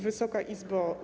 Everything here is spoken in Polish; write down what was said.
Wysoka Izbo!